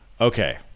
okay